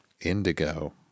indigo